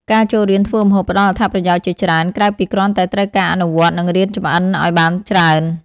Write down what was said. ការចូលរៀនធ្វើម្ហូបផ្ដល់អត្ថប្រយោជន៍ជាច្រើន ក្រៅពីគ្រាន់តែត្រូវការអនុវត្ត និងរៀនចម្អិនអោយបានច្រើន ។